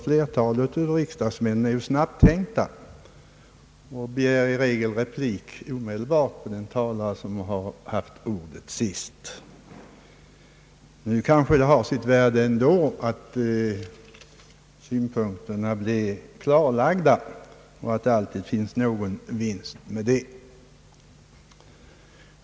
Flertalet riksdagsmän är snabbtänkta och begär i regel omedelbart ordet för replik till den talare som senast haft ordet. Det har emellertid kanske sitt värde att synpunkterna blir framförda, och det finns väl alltid någon vinst med det.